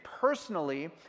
personally